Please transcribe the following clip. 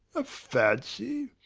a fancy?